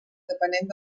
depenent